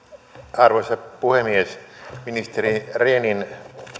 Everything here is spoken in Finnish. arvoisa puhemies ministeri rehnin